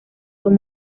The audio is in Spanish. son